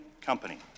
company